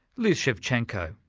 liz sevchenko.